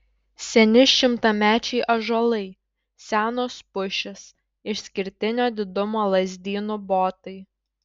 seni šimtamečiai ąžuolai senos pušys išskirtinio didumo lazdynų botai